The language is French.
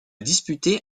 disputé